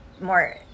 more